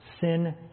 Sin